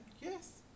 yes